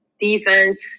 defense